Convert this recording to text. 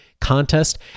contest